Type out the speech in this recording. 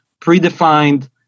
predefined